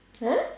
!huh!